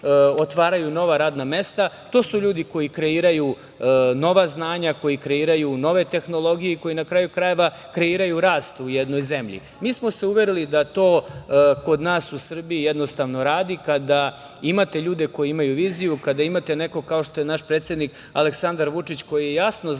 nova radna mesta, to su ljudi koji kreiraju nova znanja, koji kreiraju nove tehnologije i koji na kraju krajeva kreiraju rast u jednoj zemlji. Mi smo se uverili da to kod nas u Srbiji jednostavno radi kada imate ljude koji imaju viziju, kada imate nekoga kao što je naš predsednik Aleksandar Vučić koji je jasno znao